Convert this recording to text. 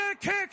Kick